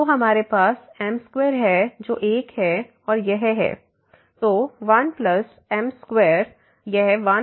तो हमारे पास m2 है जो 1 है और यह है तो 1 m2 यह 1m2mहै